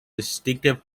distinctive